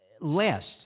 last